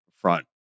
front